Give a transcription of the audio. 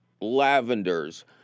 lavenders